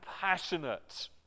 passionate